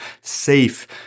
safe